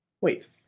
wait